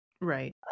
right